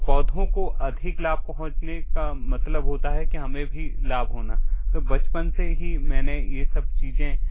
पौधों को अधिक लाभ पहुँचने का मतलब होता है कि हमें भी लाभ होना तो बचपन से ही मैंने ये सब चीज़ें